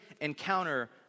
encounter